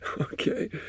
okay